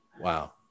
Wow